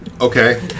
okay